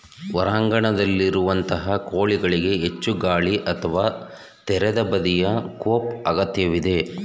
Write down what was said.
ಹೊರಾಂಗಣದಲ್ಲಿರುವಂತಹ ಕೋಳಿಗಳಿಗೆ ಹೆಚ್ಚು ಗಾಳಿ ಅಥವಾ ತೆರೆದ ಬದಿಯ ಕೋಪ್ ಅಗತ್ಯವಿದೆ